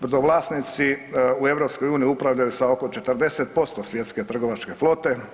Brodovlasnici u EU upravljaju sa oko 40% svjetske trgovačke flote.